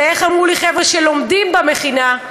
איך אמרו לי חבר'ה שלומדים במכינה,